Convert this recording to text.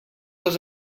les